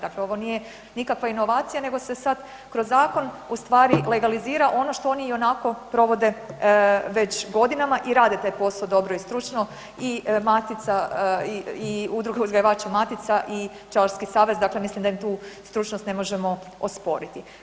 Dakle ovo nije nikakva inovacija, nego se sad kroz zakon ustvari legalizira ono što oni ionako provode već godinama i rade taj posao dobro i stručno i matica, i Udruga uzgajivača matica i Pčelarski savez, dakle mislim im tu stručnost ne možemo osporiti.